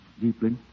Deeply